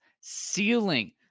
ceiling